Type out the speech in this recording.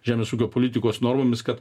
žemės ūkio politikos normomis kad